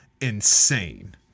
insane